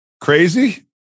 Crazy